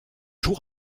jours